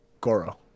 goro